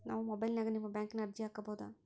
ನಾವು ಮೊಬೈಲಿನ್ಯಾಗ ನಿಮ್ಮ ಬ್ಯಾಂಕಿನ ಅರ್ಜಿ ಹಾಕೊಬಹುದಾ?